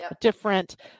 Different